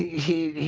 he